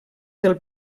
del